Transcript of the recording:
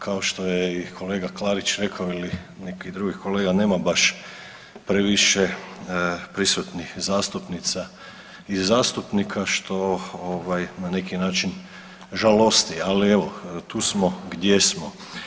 Kao što je i kolega Klarić rekao ili neki drugi kolega, nema baš previše prisutnih zastupnica i zastupnika, što ovaj na neki način žalosti, ali evo tu smo gdje smo.